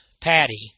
Patty